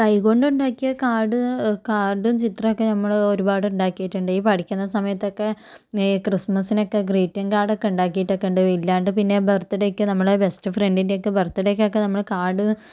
കൈ കൊണ്ടുണ്ടാക്കിയ കാർഡ് കാർഡും ചിത്രമൊക്കെ ഞമ്മള് ഒരുപാടുണ്ടാക്കിയിട്ടുണ്ട് ഈ പഠിക്കുന്ന സമയത്തൊക്കെ ഈ ക്രിസ്മസിനൊക്കെ ഗ്രീറ്റിങ്ങ് കാർഡൊക്കെ ഉണ്ടാക്കിയിട്ടൊക്കെയുണ്ട് ഇല്ലാണ്ട് പിന്നെ ബർത്ത് ഡേയ്ക്ക് നമ്മൾ ബെസ്റ്റ് ഫ്രണ്ടിൻ്റെയൊക്കെ ബർത്ത് ഡേയ്ക്കൊക്കെ നമ്മൾ കാർഡ്